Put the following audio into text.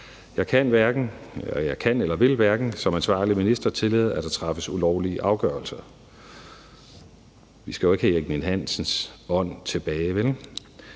Jeg hverken kan eller vil som ansvarlig minister tillade, at der træffes ulovlige afgørelser. Vi skal jo ikke have Erik Ninn-Hansens ånd tilbage, vel?